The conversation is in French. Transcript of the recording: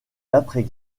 l’après